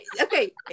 okay